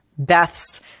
Beth's